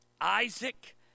Isaac